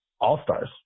all-stars